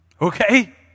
okay